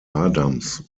adams